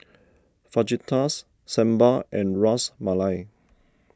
Fajitas Sambar and Ras Malai